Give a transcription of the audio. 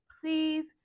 please